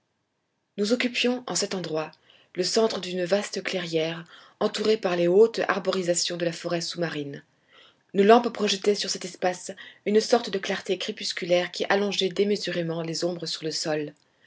nous occupions en cet endroit le centre d'une vaste clairière entourée par les hautes arborisations de la forêt sous-marine nos lampes projetaient sur cet espace une sorte de clarté crépusculaire qui allongeait démesurément les ombres sur le sol